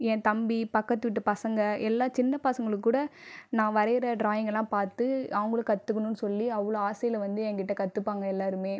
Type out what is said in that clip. என் தம்பி பக்கத்து வீட்டு பசங்க எல்லா சின்ன பசங்களுக்கு கூட நான் வரையற ட்ராயிங்லாம் பார்த்து அவங்களும் கற்றுக்குனும்னு சொல்லி அவ்வளோ ஆசையில் வந்து என்கிட்ட கற்றுப்பாங்க எல்லோருமே